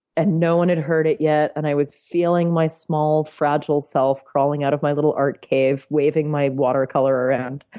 and no one had heard it yet, and i was feeling my small, fragile self, crawling out of my little art cave, waving my watercolor around.